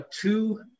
two